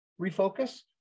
refocus